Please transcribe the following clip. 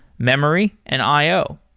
memory and i o.